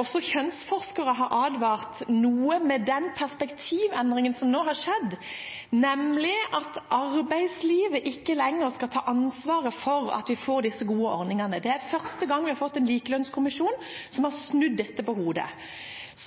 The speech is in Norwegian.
Også kjønnsforskere har advart noe mot den perspektivendringen som nå har skjedd, nemlig at arbeidslivet ikke lenger skal ta ansvaret for at vi får disse gode ordningene. Det er første gang vi har fått en likelønnskommisjon, som har snudd dette på hodet.